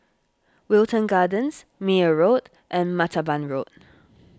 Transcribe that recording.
Wilton Gardens Meyer Road and Martaban Road